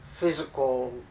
physical